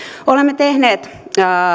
olemme tehneet